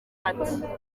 ati